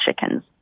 chickens